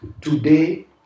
today